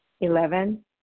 Eleven